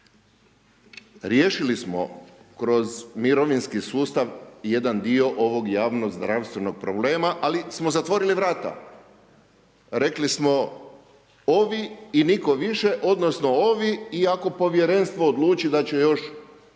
Riješili smo kroz mirovinski sustav jedan dio ovog javno-zdravstvenog problema ali smo zatvorili vrata, rekli smo ovi i nitko više, odnosno ovi i ako povjerenstvo odluči da će još